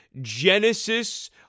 genesis